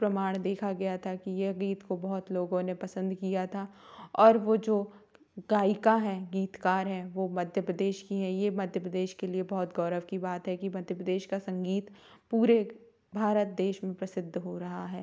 प्रमाण देखा गया था कि यह गीत को बहुत लोगों ने पसंद किया था और वो जो गायिका हैं गीतकार हैं वो मध्य प्रदेश की हैं ये मध्य प्रदेश के लिए बहुत गौरव की बात है कि मध्य प्रदेश का संगीत पूरे भारत देश में प्रसिद्ध हो रहा है